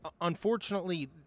Unfortunately